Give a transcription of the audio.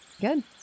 Good